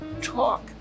talk